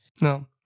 No